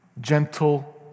Gentle